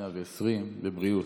עד 120 בבריאות.